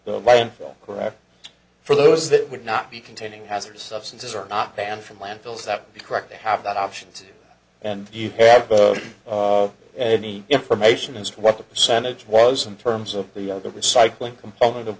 the infill correct for those that would not be containing hazardous substances are not banned from landfills that would be correct to have that option and you have any information is what the percentage was in terms of the other recycling component of